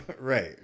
Right